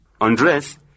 Undress